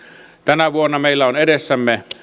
tänä vuonna meillä on edessämme